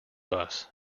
bus